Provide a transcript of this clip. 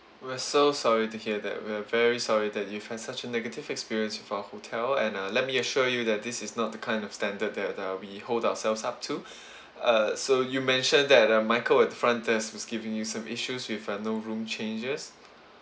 we're so sorry to hear that we are very sorry that you've had such a negative experience with our hotel and uh let me assure you that this is not the kind of standard that that we hold ourselves up to uh so you mentioned that uh michael at the front desk was giving you some issues with uh no room changes